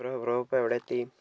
bro bro ഇപ്പോൾ എവിടെ എത്തി